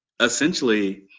essentially